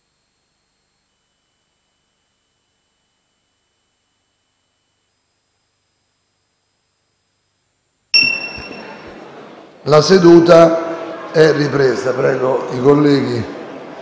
La seduta è ripresa. Prego i colleghi